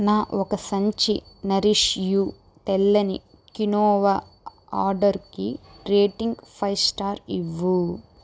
నా ఒక సంచి నరిష్ యు తెల్లని కినోవా ఆర్డర్ కి రేటింగ్ ఫైవ్ స్టార్ ఇవ్వు